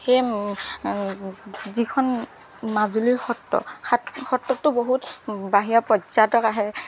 সেই যিখন মাজুলীৰ সত্ৰ সাত সত্ৰততো বহুত বাহিৰা পৰ্যাটক আহে